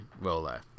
roller